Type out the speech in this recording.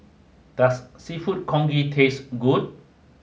does Seafood Congee taste good